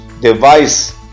device